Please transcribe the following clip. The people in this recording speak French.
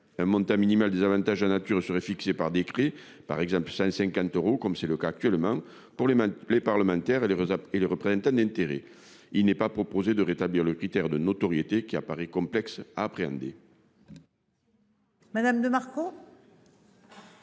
un montant minimal des avantages en nature serait fixé par décret par exemple 150 euros comme c'est le cas actuellement pour les, les parlementaires et les réseaux et les représentants d'intérêts. Il n'est pas proposé de rétablir le critère de notoriété qui apparaît complexe à appréhender.